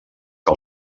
que